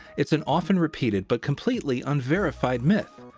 it's an often-repeated but completely unverified myth.